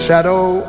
Shadow